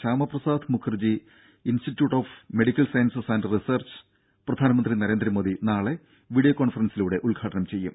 Shyamaprasad Mukherjee institute of medical sciences and research പ്രധാനമന്ത്രി നരേന്ദ്രമോദി നാളെ video കോൺഫറൻസിലൂടെ ഉദ്ഘാടനം ചെയ്യും